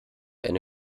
eine